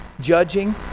judging